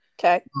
Okay